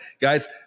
guys